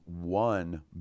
one